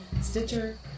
Stitcher